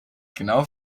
genau